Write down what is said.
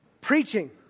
preaching